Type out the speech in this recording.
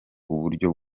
uburyo